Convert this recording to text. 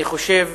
אני חושב